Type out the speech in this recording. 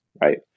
right